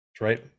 Right